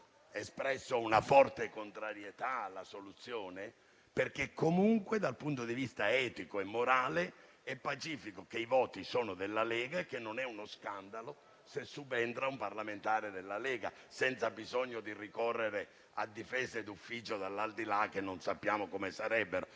espresso una forte contrarietà alla soluzione, perché comunque dal punto di vista etico e morale è pacifico che i voti sono della Lega, dunque non è uno scandalo se subentra un parlamentare della Lega, senza bisogno di ricorrere a difese d'ufficio dall'aldilà, che non sappiamo come sarebbero.